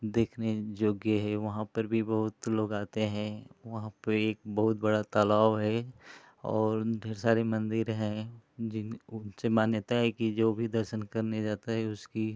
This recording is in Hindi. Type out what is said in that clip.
देखने योग्य है वहाँ पर भी बहुत लोग आते हैं वहाँ पर एक बहुत बड़ा तालाब है और ढेर सारे मंदिर हैं जिन उनसे मान्यता है कि जो भी दर्शन करने जाता है उसकी